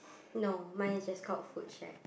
no mine is just called food shack